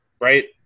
Right